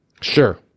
Sure